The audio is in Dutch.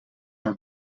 naar